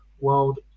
World